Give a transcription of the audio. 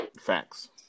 Facts